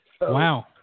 Wow